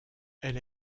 elle